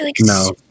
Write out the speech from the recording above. No